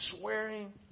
swearing